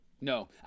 No